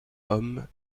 homme